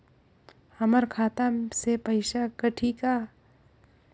हमर खाता से पइसा कठी का?